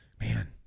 Man